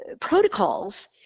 protocols